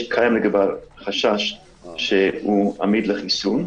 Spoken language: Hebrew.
קיים לגביו חשש שהוא עמיד לחיסון.